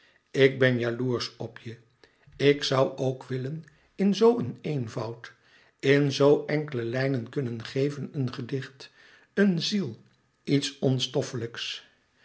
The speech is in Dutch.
ik ben jaloersch op je ik zoû ook willen in zoo een eenvoud in zoo enkele lijnen kunnen geven een gedicht een ziel iets onstoffelijks